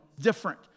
different